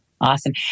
Awesome